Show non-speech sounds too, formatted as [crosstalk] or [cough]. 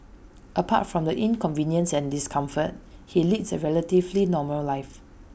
apart from the inconvenience and discomfort [noise] he leads A relatively normal life